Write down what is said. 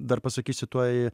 dar pasakysiu tuoj